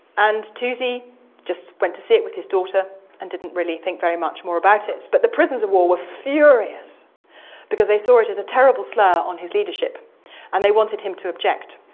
and toosey just went to see it with his daughter and didn't really think very much more about it. but the prisoners of war were furious because they saw it as a terrible slur on his leadership and they wanted to him to object.